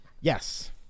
Yes